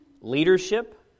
leadership